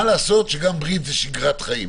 גם ברית זה שגרת חיים.